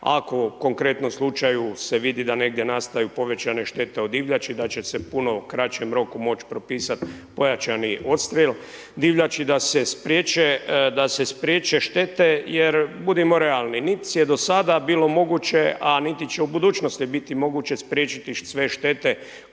ako u konkretnom slučaju se vidi da negdje nastaju povećane štete od divljači da će se puno u kraćem roku moć propisat pojačani odstrel divljači da se spriječe štete, jer budimo realni nit je do sada bilo moguće, a niti će u budućnosti biti moguće spriječiti sve štete koje